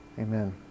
amen